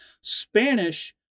Spanish